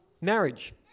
marriage